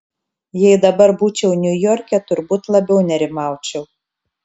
jei dabar būčiau niujorke turbūt labiau nerimaučiau